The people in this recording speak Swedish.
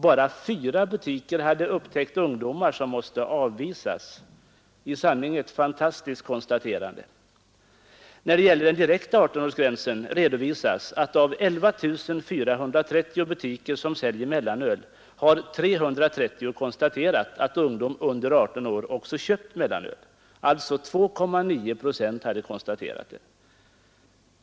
Endast fyra butiker hade upptäckt ungdomar som måste avvisas, i sanning ett fantastiskt konstaterande. När det gäller den direkta 18-årsgränsen redovisas att av 11 430 butiker som säljer mellanöl har 330 konstaterat att ungdom under 18 år också köpt mellanöl. 2,9 procent hade alltså konstaterat detta.